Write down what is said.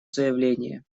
заявление